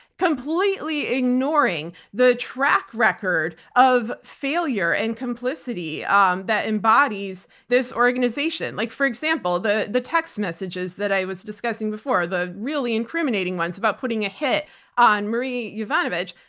completely ignoring the track record of failure and complicity um that embodies this organization, like, for example, the the text messages messages that i was discussing before, the really incriminating ones about putting a hit on marie yovanovitch.